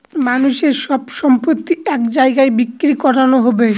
মানুষের সব সম্পত্তি এক জায়গায় বিক্রি করানো হবে